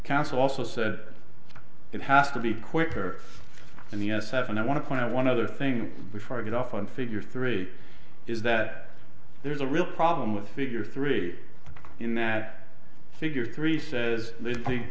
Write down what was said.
counsel also says it has to be quicker than the seven i want to point out one other thing before i get off on figure three is that there's a real problem with figure three in that figure three says the